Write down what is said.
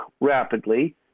rapidly